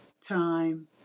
time